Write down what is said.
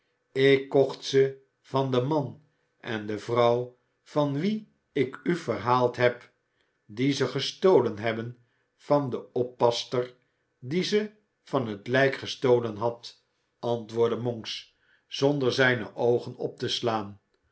ik kocht ze van den man en de vrouw van wien ik u verhaald heb die ze gestolen hebben van de oppasster die ze van het lijk gestolen had antwoordde monks zonder zijne oogen op te slaan